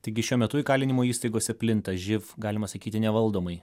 taigi šiuo metu įkalinimo įstaigose plinta živ galima sakyti nevaldomai